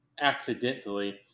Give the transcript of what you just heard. accidentally